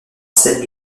celles